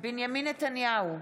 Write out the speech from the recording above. בנימין נתניהו,